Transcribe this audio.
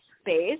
space